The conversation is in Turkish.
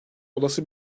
olası